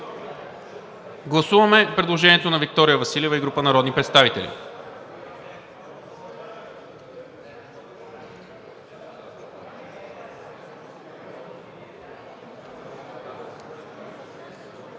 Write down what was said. Гласуваме предложението на Виктория Василева и група народни представители.